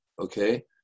okay